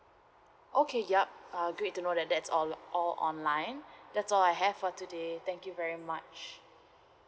okay yup uh great to know that that's all all online that's all I have for today thank you very much